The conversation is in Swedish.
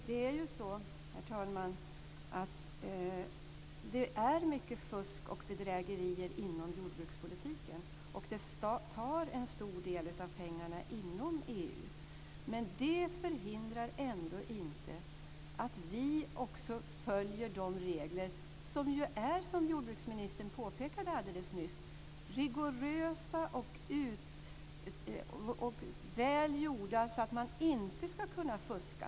Herr talman! Det är så att det är mycket fusk och bedrägerier inom jordbrukspolitiken, och det tar en stor del av pengarna inom EU. Men det förhindrar ändå inte att vi också följer de regler som ju, vilket jordbruksministern påpekade alldeles nyss, är rigorösa och väl gjorda så att man inte ska kunna fuska.